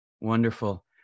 Wonderful